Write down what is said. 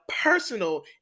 personal